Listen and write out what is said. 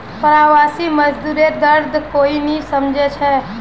प्रवासी मजदूरेर दर्द कोई नी समझे छे